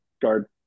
guard